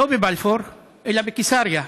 לא בבלפור אלא בקיסריה.